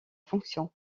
fonction